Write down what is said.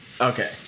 Okay